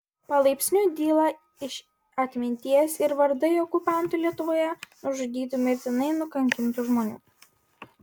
palaipsniui dyla iš atminties ir vardai okupantų lietuvoje nužudytų mirtinai nukankintų žmonių